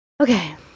Okay